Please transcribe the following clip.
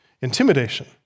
intimidation